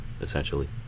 essentially